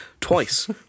Twice